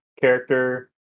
character